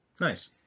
nice